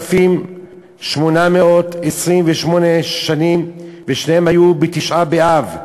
בשנת 3828. שניהם היו בתשעה באב.